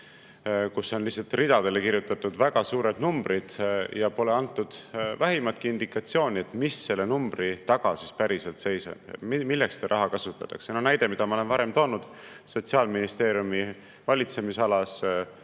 kus on lihtsalt ridadele kirjutatud väga suured numbrid ja pole antud vähimatki indikatsiooni, mis selle numbri taga päriselt seisab, milleks seda raha kasutatakse. Näide, mida ma olen varem toonud: Sotsiaalministeeriumi valitsemisalas